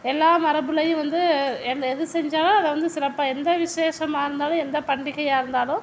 எல்லா மரபுலேயும் வந்து எது செஞ்சாலும் அதை வந்து சிறப்பாக எந்த விசேஷமா இருந்தாலும் எந்த பண்டிகையாக இருந்தாலும்